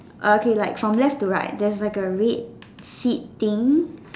okay from left to right there's like a red seat thing